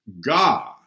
God